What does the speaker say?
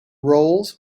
roles